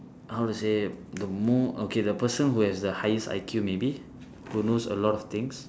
how to say the more okay the person who has the highest I_Q maybe who knows a lot of things